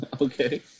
Okay